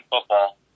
football